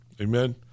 Amen